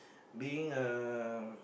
being a